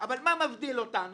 אבל מה מבדיל אותנו,